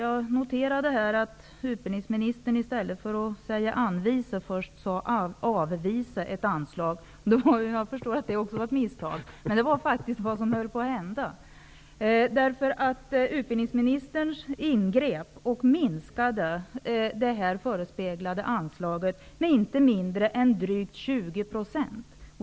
Jag noterade att utbildningsministern i stället för att säga ''anvisa'' först sade ''avvisa'' ett anslag. Jag förstår att även detta var ett misstag. Men det var faktiskt vad som höll på att hända genom att utbildningsministern ingrep och minskade det förespeglade anslaget med så mycket som drygt 20 %.